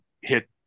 hit